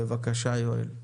בבקשה יואל.